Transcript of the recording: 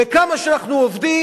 וכמה שאנחנו עובדים,